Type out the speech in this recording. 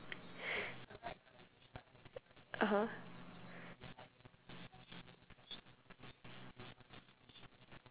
(uh huh)